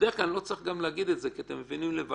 בדרך כלל אני לא צריך גם להגיד את זה כי אתם מבינים לבד